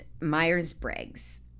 Myers-Briggs